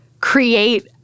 create